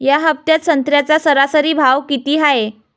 या हफ्त्यात संत्र्याचा सरासरी भाव किती हाये?